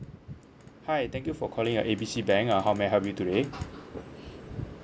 hi thank you for calling uh A B C bank uh how may I help you today